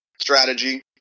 strategy